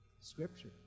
Scripture